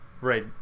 right